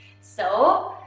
so,